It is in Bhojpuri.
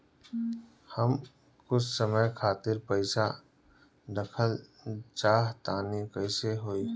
हम कुछ समय खातिर पईसा रखल चाह तानि कइसे होई?